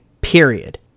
Period